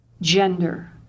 gender